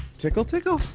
tickle, tickle.